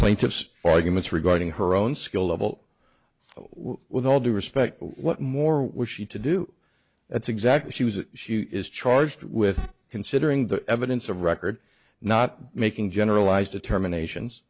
plaintiff's arguments regarding her own skill level with all due respect what more was she to do that's exactly she was it she is charged with considering the evidence of record not making generalized determinations